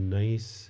nice